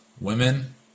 women